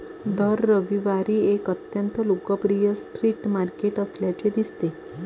दर रविवारी एक अत्यंत लोकप्रिय स्ट्रीट मार्केट असल्याचे दिसते